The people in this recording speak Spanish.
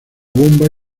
bomba